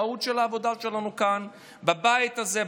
המהות של העבודה שלנו כאן בבית הזה,